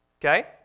okay